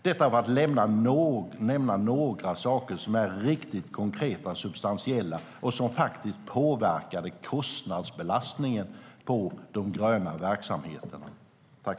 Det är några riktigt konkreta och substantiella åtgärder, sådana som faktiskt påverkar kostnadsbelastningen på de gröna verksamheterna.